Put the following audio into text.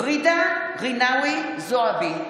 ג'ידא רינאוי זועבי,